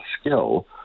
skill